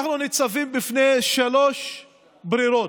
שאנחנו ניצבים בפני שלוש ברירות: